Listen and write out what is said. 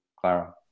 Clara